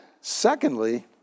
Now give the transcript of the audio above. Secondly